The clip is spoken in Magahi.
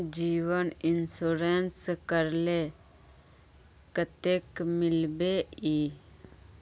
जीवन इंश्योरेंस करले कतेक मिलबे ई?